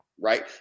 right